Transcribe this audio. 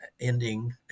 ending